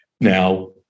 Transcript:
Now